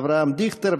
אבי דיכטר,